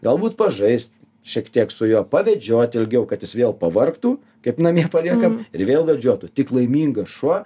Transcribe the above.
galbūt pažaist šiek tiek su juo pavedžiot ilgiau kad jis vėl pavargtų kaip namie paliekam ir vėl važiuotų tik laimingas šuo